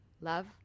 Love